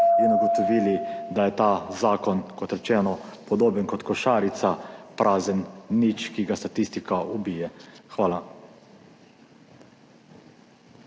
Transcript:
in ugotovili, da je ta zakon, kot rečeno, podoben kot košarica, prazen nič, ki ga statistika ubije. Hvala.